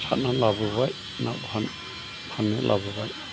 सादनानै लाबोबाय ना फान फान्नो लाबोबाय